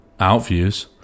outviews